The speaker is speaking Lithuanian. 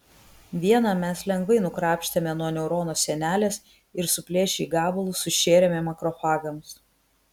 vieną mes lengvai nukrapštėme nuo neurono sienelės ir suplėšę į gabalus sušėrėme makrofagams